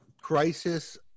crisis